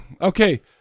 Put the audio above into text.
Okay